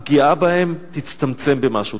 הפגיעה בהם תצטמצם במשהו?